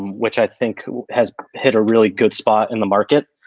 which i think has hit a really good spot in the market.